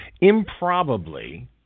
improbably